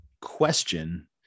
question